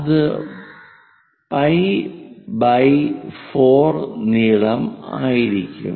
അത് pi 4 നീളം ആയിരിക്കും